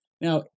Now